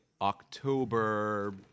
October